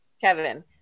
Kevin